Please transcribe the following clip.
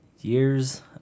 years